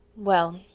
well,